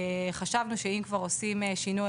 חשבנו שאם כבר עושים שינוי,